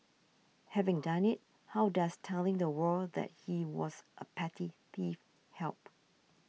having done it how does telling the world that he was a petty thief help